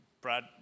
Brad